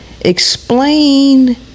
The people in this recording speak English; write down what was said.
Explain